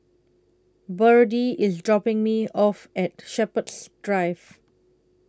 Berdie IS dropping Me off At Shepherds Drive